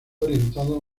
orientado